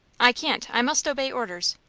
i can't i must obey orders.